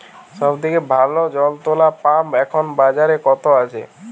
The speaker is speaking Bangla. সব থেকে ভালো জল তোলা পাম্প এখন বাজারে কত আছে?